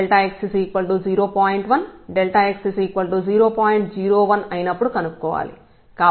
01 అయినప్పుడు కనుక్కోవాలి